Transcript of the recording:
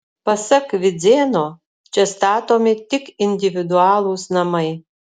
pasak vidzėno čia statomi tik individualūs namai